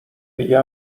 دیگه